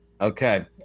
Okay